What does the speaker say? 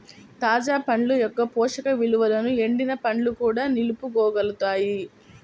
తాజా పండ్ల యొక్క పోషక విలువలను ఎండిన పండ్లు కూడా నిలుపుకోగలుగుతాయి